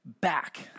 back